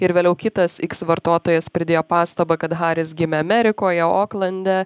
ir vėliau kitas x vartotojas pridėjo pastabą kad haris gimė amerikoje oklande